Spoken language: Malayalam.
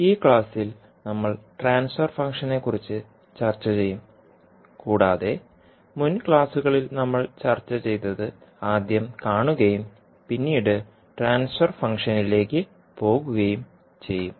ഈ ക്ലാസ്സിൽ നമ്മൾ ട്രാൻസ്ഫർ ഫംഗ്ഷനെക്കുറിച്ച് ചർച്ചചെയ്യും കൂടാതെ മുൻ ക്ലാസ്സിൽ നമ്മൾ ചർച്ച ചെയ്തത് ആദ്യം കാണുകയും പിന്നീട് ട്രാൻസ്ഫർ ഫംഗ്ഷനിലേയ്ക്ക് പോകുകയും ചെയ്യും